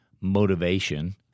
motivation